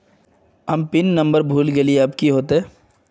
हम pin number भूल गलिऐ अब की होते?